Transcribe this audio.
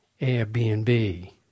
Airbnb